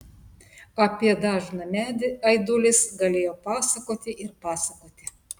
apie dažną medį aidulis galėjo pasakoti ir pasakoti